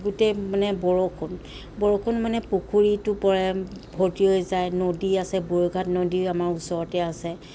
গোটেই মানে বৰষুণ বৰষুণ মানে পুখুৰীতো পৰে ভৰ্তি হৈ যায় নদী আছে বুৰৈ ঘাট নদী আমাৰ ওচৰতে আছে